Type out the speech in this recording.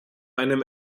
einem